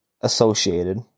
associated